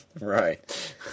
Right